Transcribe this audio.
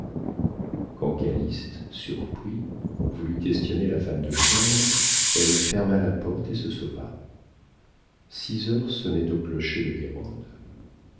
calyste surpris voulut questionner la femme de chambre elle ferma la porte et se sauva six heures sonnaient au clocher de guérande